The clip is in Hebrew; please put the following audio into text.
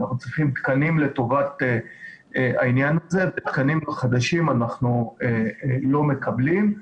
אנחנו צריכים תקנים לטובת העניין הזה ותקנים חדשים אנחנו לא מקבלים.